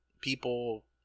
people